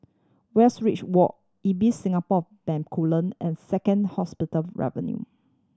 Westridge Walk Ibis Singapore Bencoolen and Second Hospital Avenue